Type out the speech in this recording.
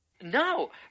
No